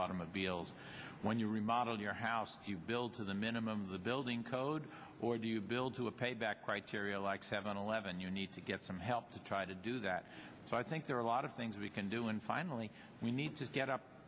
automobiles when you remodel your house you build to the minimum of the building code or do you build to a payback criteria like seven eleven you need to get some help to try to do that so i think there are a lot of things we can do and finally we need to get up